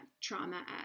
trauma